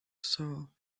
saw